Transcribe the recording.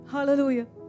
Hallelujah